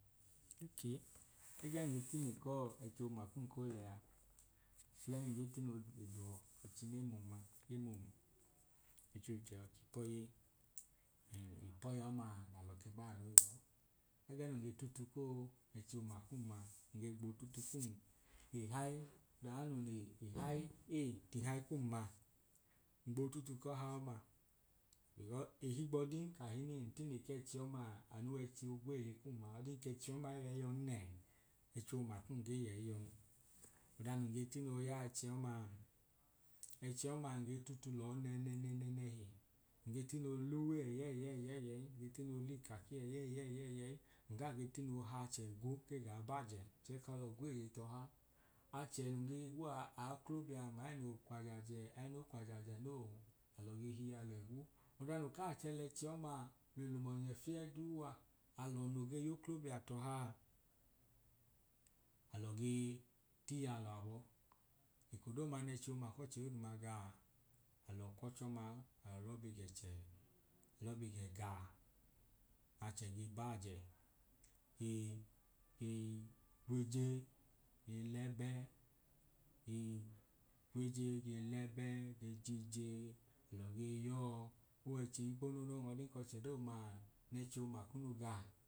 Okee, ẹgẹẹ nun tine koo echi oma kun koo we a afulei nge tino le duwọ echi ne mum maa. E mum ẹchofu chẹhọ k’ipọ yei m ipọya ọmaa nalọ ke baanu yọọ, ẹgẹ nun ge tutu kọọ echi ọma kun maa nge gboo tutu kum ihai naa nun le ihai ei tihai kum maa ngboo tutu kọ ha ọma becau ihigbọdin ka ntine k’ẹchi ọmaa anu w’ẹchi ogweye kum ma ọdin k’ẹchi ọma ge yọi yọn nẹẹ ẹchiọma kum ige yẹi yọn, oda nun ge tino ya echiọmaa, ẹchi ọmaa nge tutu lọọ nẹnẹnẹnẹhi nge tino l’uwe ẹyẹyẹyẹyẹyẹi nge tino l’ukake ẹyẹyẹyẹi nkaa ge tino h’achẹ igwu gaa baajẹ chẹ kalọ gweeye tọha, achẹ nun ge higwu a aoklobiam aẹno kw’ajajẹ aẹno kw’ajajẹ noo alọ ge hiyalọ igwu. Ọda no kaa chẹ l’ẹchi ọma le lum ọnye fieduu a alọ noo ge y’oklobia tọhaa alọ gee tiiyalọ abọ eko dooduma n’ẹchi ọma k’ọchẹ dooduma gaa alọ kwọch’ọmau alọ lọ bigẹchẹ lọọ bi gẹ ga achẹ ge baajẹ ge ge gw’eje ge lẹbẹ ge gw’eje ge lẹbẹ ege jije alọ gee yọọ owechi ẹnkponu noo olen k’oche dooduma n’echi oma ma kunu gaa